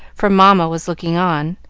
for mamma was looking on.